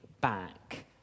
back